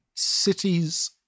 cities